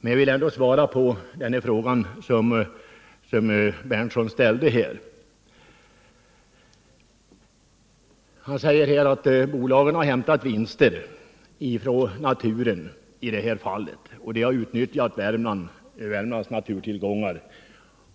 men jag vill ändå svara på den fråga som herr Berndtson här ställde. Han säger att bolagen har hämtat vinster från naturen i det här fallet, att man har utnyttjat Värmlands naturtillgångar.